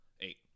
Eight